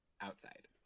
Outside